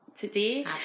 today